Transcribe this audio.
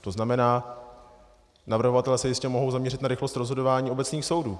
To znamená, navrhovatelé se jistě mohou zaměřit na rychlost rozhodování obecných soudů.